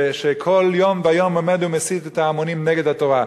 שכל יום ויום עומד ומסית את ההמונים נגד התורה.